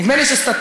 נדמה לי שסטטיסטית